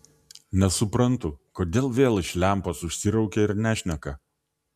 nesuprantu kodėl vėl iš lempos užsiraukė ir nešneka